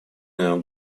neo